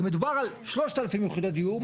מדובר על 3,000 יחידות דיור,